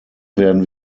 werden